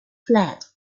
fled